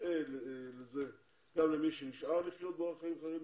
זהה גם למי שנשאר לחיות באורח חיים חרדי